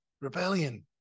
rebellion